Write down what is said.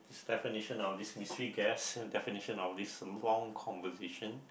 definition of this mystery guest and definition of this long conversation